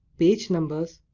page numbers,